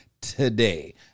today